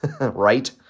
right